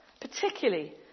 particularly